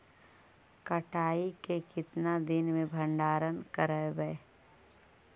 कटाई के कितना दिन मे भंडारन करबय?